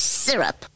syrup